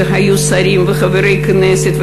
היו שרים וחברי כנסת,